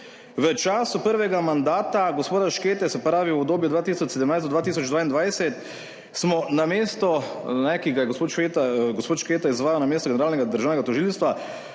V času prvega mandata gospoda Škete, se pravi v obdobju od 2017 do 2022, smo na mestu, ki ga je gospod Šketa izvajal, na mestu generalnega državnega tožilca